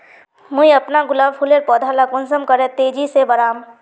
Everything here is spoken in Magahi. मुई अपना गुलाब फूलेर पौधा ला कुंसम करे तेजी से बढ़ाम?